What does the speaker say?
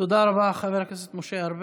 תודה רבה, חבר הכנסת משה ארבל.